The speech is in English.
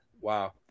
wow